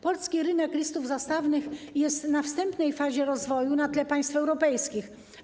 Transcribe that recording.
Polski rynek listów zastawnych jest we wstępnej fazie rozwoju na tle państw europejskich.